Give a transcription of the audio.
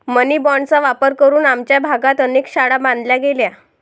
मनी बाँडचा वापर करून आमच्या भागात अनेक शाळा बांधल्या गेल्या